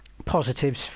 Positives